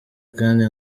kandi